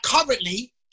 currently